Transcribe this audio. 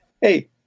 hey